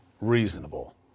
reasonable